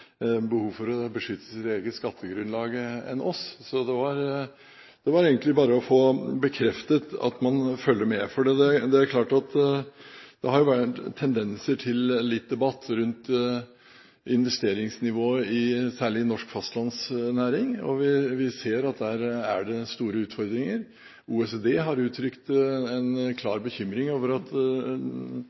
behov for å beskytte sitt eget skattegrunnlag enn vi. Jeg ville egentlig bare få bekreftet at man følger med. Det har jo vært tendenser til litt debatt rundt investeringsnivået særlig i norsk fastlandsnæring, og vi ser at der er det store utfordringer. OECD har uttrykt en klar bekymring over at